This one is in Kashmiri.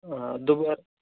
آ دُبارٕ